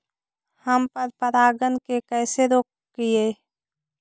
हम पर परागण के कैसे रोकिअई?